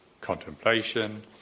Contemplation